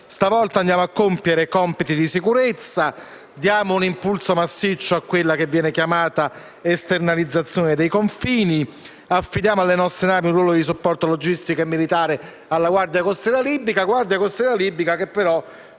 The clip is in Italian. Stavolta andiamo a svolgere compiti di sicurezza, a dare un impulso massiccio alla cosiddetta esternalizzazione dei confini e ad affidare alle nostre navi un ruolo di supporto logistico e militare alla Guardia costiera libica che però,